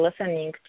listening